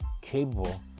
capable